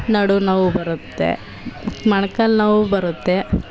ನಡು ನೋವು ಬರುತ್ತೆ ಮೊಣ್ಕಾಲು ನೋವು ಬರುತ್ತೆ